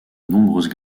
nombreuses